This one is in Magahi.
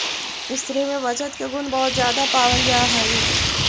स्त्रि में बचत के गुण बहुत ज्यादा पावल जा हई